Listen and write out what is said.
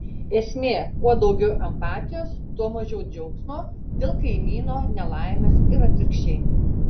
esmė kuo daugiau empatijos tuo mažiau džiaugsmo dėl kaimyno nelaimės ir atvirkščiai